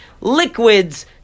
liquids